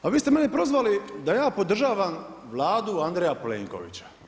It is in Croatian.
A vi ste mene prozvali da ja podržavam Vladu Andreja Plenkovića.